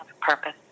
purpose